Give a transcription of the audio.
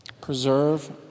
preserve